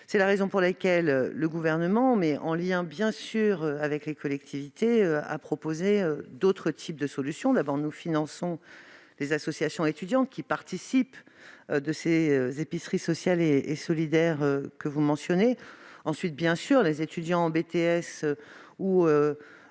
C'est la raison pour laquelle le Gouvernement, en lien avec les collectivités, a proposé d'autres types de solutions. Nous finançons les associations étudiantes qui participent à ces épiceries sociales et solidaires que vous mentionnez ; ensuite, les étudiants en brevet